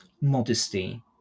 modesty